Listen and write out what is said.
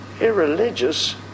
irreligious